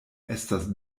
estas